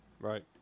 Right